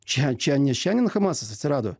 čia čia ne šiandien hamasas atsirado